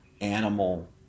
animal